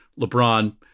LeBron